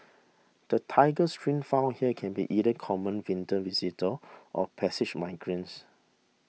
the Tiger Shrikes found here can be either common winter visitors or passage migrants